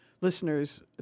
listeners